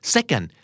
Second